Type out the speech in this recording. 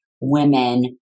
women